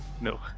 No